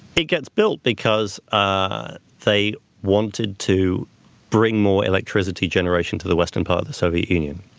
it gets built because ah they wanted to bring more electricity generation to the western part of the soviet union.